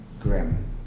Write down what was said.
grim